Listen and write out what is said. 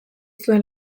zuen